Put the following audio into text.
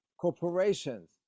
corporations